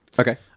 Okay